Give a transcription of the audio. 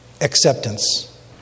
acceptance